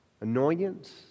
Annoyance